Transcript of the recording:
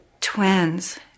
twins